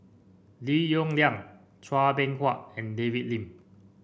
Lim Yong Liang Chua Beng Huat and David Lim